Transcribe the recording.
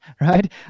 right